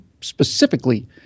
specifically